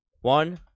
One